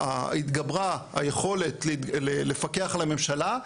התגברה היכולת לפקח על הממשלה,